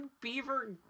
beaver